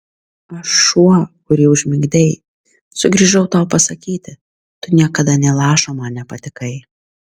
aš šuo kurį užmigdei sugrįžau tau pasakyti tu niekada nė lašo man nepatikai